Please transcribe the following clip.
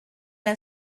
l’a